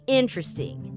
interesting